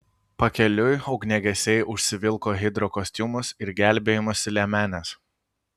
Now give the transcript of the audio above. pakeliui ugniagesiai užsivilko hidrokostiumus ir gelbėjimosi liemenes